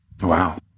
Wow